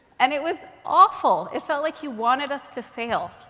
and it was awful. it felt like he wanted us to fail.